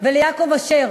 וליעקב אשר,